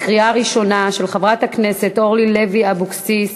של חברת הכנסת אורלי לוי אבקסיס.